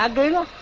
um day and